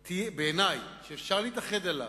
בעיני, שאפשר להתאחד עליו,